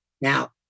Now